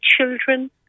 children